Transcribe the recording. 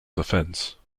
defense